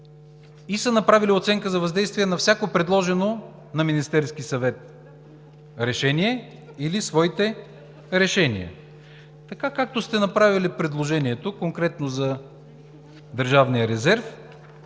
и са направили оценка за въздействие на всяко предложено на Министерския съвет решение или на своите решения – както сте направили предложението конкретно за Държавния резерв,